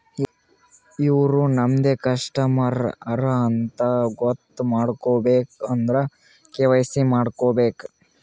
ಇವ್ರು ನಮ್ದೆ ಕಸ್ಟಮರ್ ಹರಾ ಅಂತ್ ಗೊತ್ತ ಮಾಡ್ಕೋಬೇಕ್ ಅಂದುರ್ ಕೆ.ವೈ.ಸಿ ಮಾಡ್ಕೋಬೇಕ್